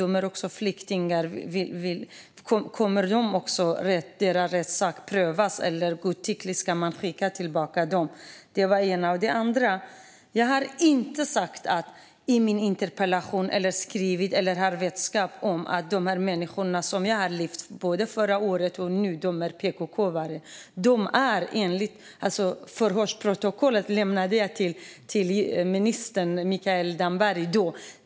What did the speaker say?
De är också flyktingar. Kommer deras rättssak att prövas, eller ska de godtyckligt skickas tillbaka? Jag har inte tagit med i min interpellation eller sagt att jag har vetskap om att de människor som jag har tagit upp nu, och förra året, är PKK:are. Jag lämnade förhörsprotokollet till dåvarande ministern Mikael Damberg.